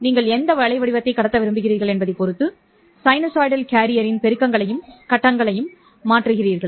நீங்கள் எந்த அலைவடிவத்தை கடத்த விரும்புகிறீர்கள் என்பதைப் பொறுத்து சைனூசாய்டல் கேரியரின் பெருக்கங்களையும் கட்டங்களையும் மாற்றுகிறீர்கள்